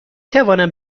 توانم